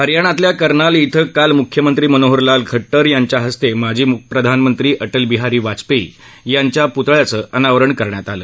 हरियाणातल्या कर्नाल धिं काल मुख्यमंत्री मनोहरलाल खट्टर यांच्या हस्तमिजी प्रधानमंत्री अटल बिहारी वाजपशी यांच्या पुतळ्याचं अनावरण करण्यात आलं